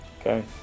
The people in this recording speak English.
Okay